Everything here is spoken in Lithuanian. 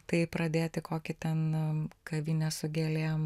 tai pradėti kokį ten kavinę su gėlėm